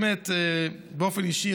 באופן אישי,